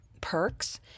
perks